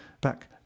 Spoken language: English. back